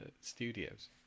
studios